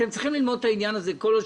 אתם צריכים ללמוד את העניין הזה שכל עוד